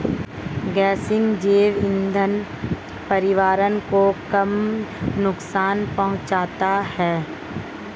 गेसिंग जैव इंधन पर्यावरण को कम नुकसान पहुंचाता है